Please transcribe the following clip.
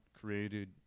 created